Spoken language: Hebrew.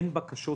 אין כרגע בקשות.